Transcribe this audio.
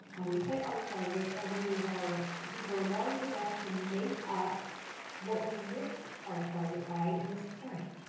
and we hit our target and we were we were large enough to make up what we missed our target by in the spring.